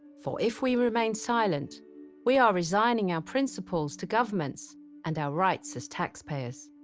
for if we remain silent we are resigning our principles to governments and our rights as taxpayers.